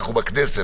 אנחנו בכנסת,